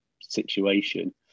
situation